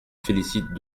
félicite